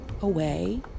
away